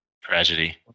Tragedy